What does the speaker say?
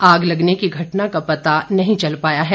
आग लगने की घटना का पता नहीं चल पाया है